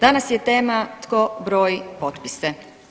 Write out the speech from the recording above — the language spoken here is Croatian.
Danas je tema tko broji potpise.